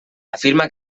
afirma